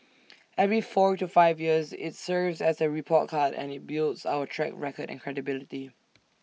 every four to five years IT serves as A report card and IT builds our track record and credibility